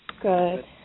Good